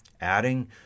adding